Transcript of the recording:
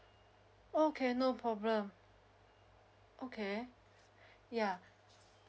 okay no problem okay yeah